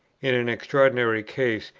in an extraordinary case,